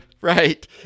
Right